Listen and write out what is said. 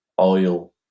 oil